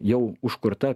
jau užkurta